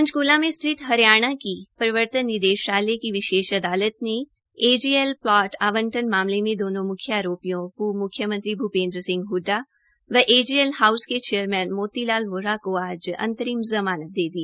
पंचकूला में स्थित हरियाणा की प्रवर्तन निदेशालय की विशेष अदालत ने Associated Journals Limited AJL plot आवंटन मामले में दोनों म्ख्य आरोपियों पूर्व म्ख्यमंत्री भूपेंद्र सिंह हड्डा व एजीएल हाउस के चेयरमैन मोतीलाल वोरा को आज अंतरिम जमानत दे दी